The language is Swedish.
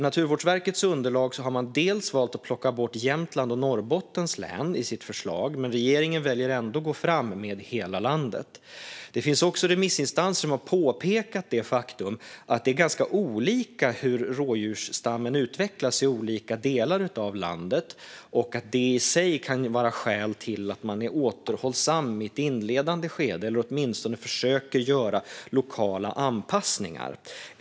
Naturvårdsverket har valt att plocka bort Jämtlands och Norrbottens län i sitt förslag, men regeringen väljer ändå att gå fram med hela landet. Det finns också remissinstanser som har påpekat det faktum att det är ganska olika hur rådjursstammen utvecklas i olika delar av landet och att det i sig kan vara skäl till att vara återhållsam i ett inledande skede eller åtminstone att försöka göra lokala anpassningar.